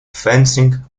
fencing